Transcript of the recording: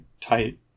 tight